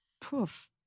Poof